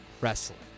wrestling